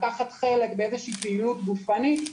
לקחת חלק באיזו שהיא פעילות גופנית,